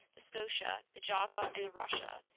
the scotia, the java, and the russia,